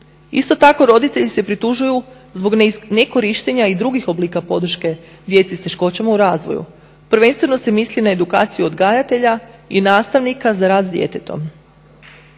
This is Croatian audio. Isto tako roditelji se pritužuju zbog nekorištenja i drugih oblika podrške djece s teškoćama u razvoju, prvenstveno se misli na edukaciju odgajatelja i nastavnika za rad s djetetom.